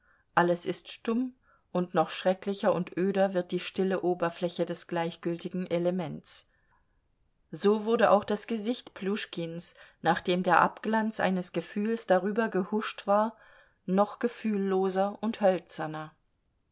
alles ist stumm und noch schrecklicher und öder wird die stille oberfläche des gleichgültigen elements so wurde auch das gesicht pljuschkins nachdem der abglanz eines gefühls darüber gehuscht war noch gefühlloser und hölzerner